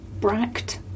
bract